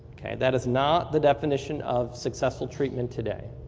that is not the definition of successful treatment today.